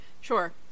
Sure